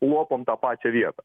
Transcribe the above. lopom tą pačią vietą